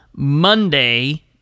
Monday